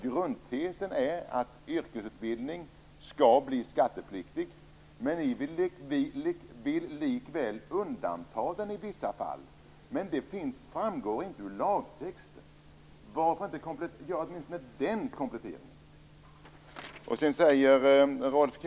Grundtesen är att yrkesutbildning skall bli skattepliktig, men ni vill likväl undanta den i vissa fall. Men det framgår inte av lagtexten. Varför inte göra åtminstone den kompletteringen?